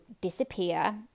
disappear